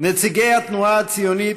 נציגי התנועה הציונית,